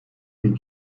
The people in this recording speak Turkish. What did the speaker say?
bin